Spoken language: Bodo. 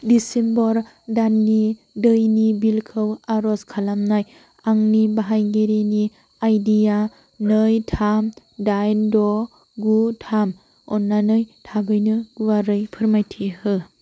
डिसेम्बर दाननि दैनि बिलखौ आरज खालामनाय आंनि बाहायगिरिनि आइडिआ नै थाम दाइन द' गु थाम अन्नानै थाबैनो गुवारै फोरमायथि हो